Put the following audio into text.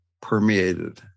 permeated